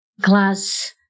glass